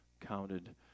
counted